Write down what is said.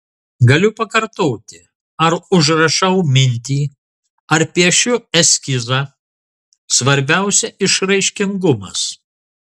galiu pakartoti ar užrašau mintį ar piešiu eskizą svarbiausia išraiškingumas